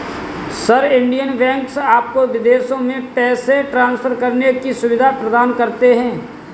sir, Indian banks आपको विदेशों में पैसे ट्रान्सफर करने की सुविधा प्रदान करते हैं